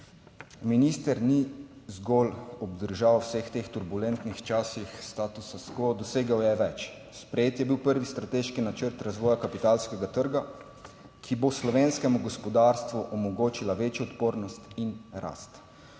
Minister ni zgolj obdržal v vseh teh turbulentnih časih statusa quo, dosegel je več. Sprejet je bil prvi strateški načrt razvoja kapitalskega trga, ki bo slovenskemu gospodarstvu omogočila večjo odpornost in rast.